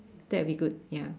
that'll be good ya